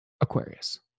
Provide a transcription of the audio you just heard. Aquarius